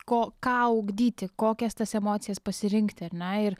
ko ką ugdyti kokias tas emocijas pasirinkti ar ne ir